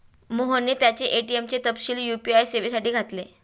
मोहनने त्याचे ए.टी.एम चे तपशील यू.पी.आय सेवेसाठी घातले